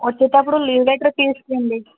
వచ్చేటప్పుడు leave letter తీసుకురండి